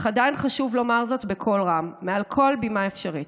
אך עדיין חשוב לומר זאת בקול רם מעל כל במה אפשרית: